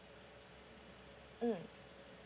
mm